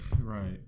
Right